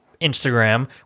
instagram